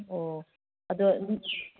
ꯑꯣ ꯑꯗꯣ